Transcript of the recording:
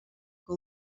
que